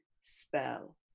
spell